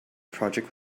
project